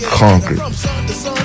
conquered